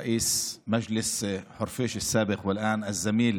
ראש המועצה המקומית חורפיש לשעבר וכעת העמית,